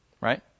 Right